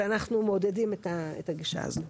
ואנחנו מעודדים את הגישה הזאת.